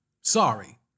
Sorry